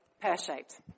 pear-shaped